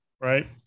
right